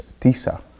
Tisa